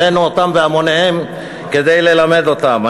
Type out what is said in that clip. הבאנו אותם בהמוניהם כדי ללמד אותם.